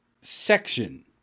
section